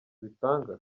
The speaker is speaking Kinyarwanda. bitanga